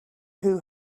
who